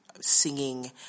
singing